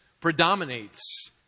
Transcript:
predominates